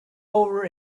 over